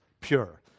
pure